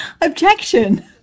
objection